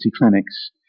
clinics